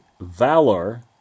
valor